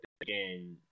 again